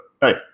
hey